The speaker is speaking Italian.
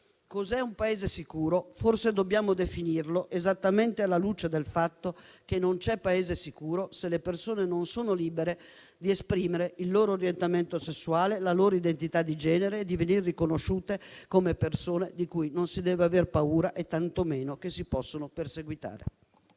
Cosa è un Paese sicuro? Forse dobbiamo definirlo esattamente alla luce del fatto che non c'è Paese sicuro se le persone non sono libere di esprimere il loro orientamento sessuale, la loro identità di genere e di venir riconosciute come persone, di cui non si deve aver paura e tantomeno che si possono perseguitare.